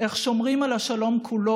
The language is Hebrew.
איך שומרים על השלום כולו,